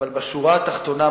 אבל בשורה התחתונה,